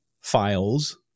files